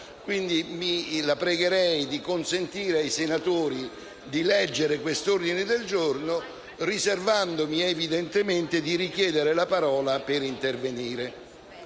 Quindi la pregherei di consentire ai senatori di leggere questo ordine del giorno, riservandomi evidentemente di richiedere la parola per intervenire.